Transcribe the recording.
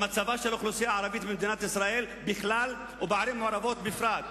למצבה של האוכלוסייה הערבית במדינת ישראל בכלל ובערים המעורבות בפרט.